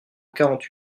quarante